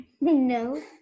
No